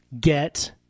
get